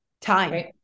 time